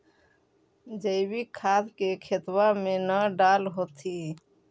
जैवीक खाद के खेतबा मे न डाल होथिं?